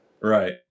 right